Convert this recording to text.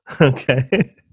Okay